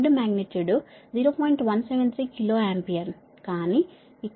173 kilo ampere కానీ ఇక్కడ ఇది 0